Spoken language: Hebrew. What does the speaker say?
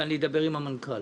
ואני אדבר עם המנכ"ל,